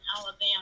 Alabama